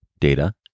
data